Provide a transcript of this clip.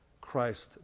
Christ